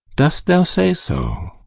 dost thou say so?